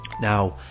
Now